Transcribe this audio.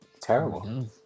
Terrible